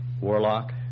warlock